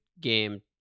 game